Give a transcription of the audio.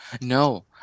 No